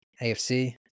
AFC